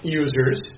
users